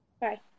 Bye